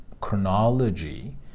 chronology